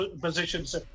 positions